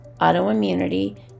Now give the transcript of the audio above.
autoimmunity